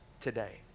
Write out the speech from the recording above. today